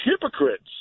hypocrites